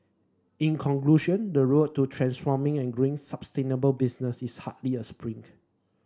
in conclusion the road to transforming and growing sustainable business is hardly a sprint